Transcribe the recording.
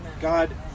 God